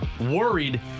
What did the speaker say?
worried